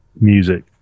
music